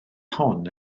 hon